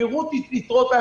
פעילות עסקית,